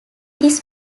this